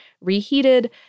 reheated